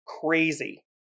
Crazy